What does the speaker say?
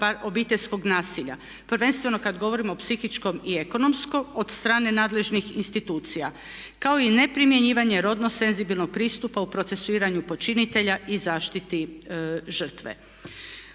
obiteljskog nasilja, prvenstveno kad govorimo o psihičkom i ekonomskom od strane nadležnih institucija kao i neprimjenjivanje rodno senzibilnog pristupa u procesuiranju počinitelja i zaštiti žrtve.